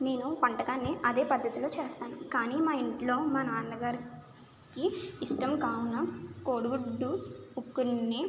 నేను వంటకాన్ని అదే పద్ధతిలో చేస్తాను కాని మా ఇంట్లో మా నాన్నగారికి ఇష్టం కావున కోడిగుడ్డు కొన్ని